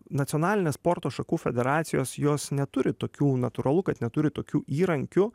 nacionalinės sporto šakų federacijos jos neturi tokių natūralu kad neturi tokių įrankių